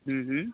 हुँ हुँ